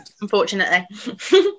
unfortunately